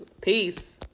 Peace